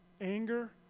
anger